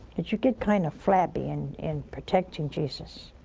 that you get kind of flabby in, in protecting jesus.